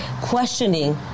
questioning